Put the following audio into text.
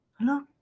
Look